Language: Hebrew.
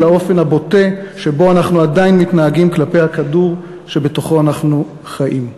לאופן הבוטה שבו אנחנו עדיין מתנהגים כלפי הכדור שבתוכו אנחנו חיים.